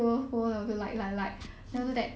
mm